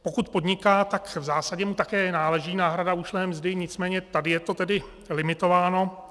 Pokud podniká, tak v zásadě mu také náleží náhrada ušlé mzdy, nicméně tady je to tedy limitováno.